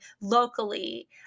locally